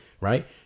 right